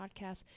podcast